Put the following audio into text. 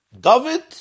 David